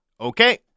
Okay